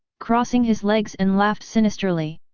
crossing his legs and laughed sinisterly.